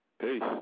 Peace